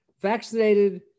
vaccinated